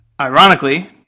ironically